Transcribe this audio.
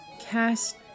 cast